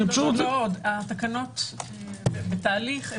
התקנות בתהליך.